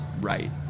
right